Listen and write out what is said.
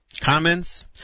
Comments